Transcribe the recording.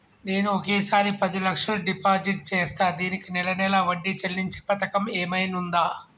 నేను ఒకేసారి పది లక్షలు డిపాజిట్ చేస్తా దీనికి నెల నెల వడ్డీ చెల్లించే పథకం ఏమైనుందా?